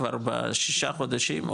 כבר בשישה חודשים,